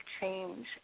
change